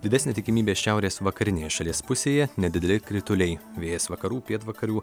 didesnė tikimybė šiaurės vakarinėje šalies pusėje nedideli krituliai vėjas vakarų pietvakarių